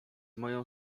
moją